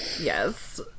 Yes